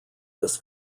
this